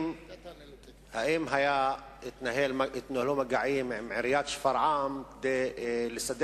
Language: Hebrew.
האם התנהלו מגעים עם עיריית שפרעם כדי לסדר